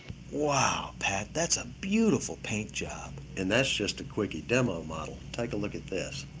wow, pat, that's a beautiful paint job. and that's just a quickie demo model. take a look at this.